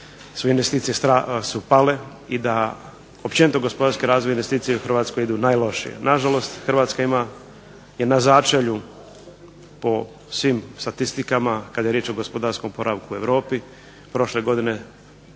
Hrvatska ima i na začelju po svim statistikama kada je riječ o gospodarskom oporavku u Europu, prošle godine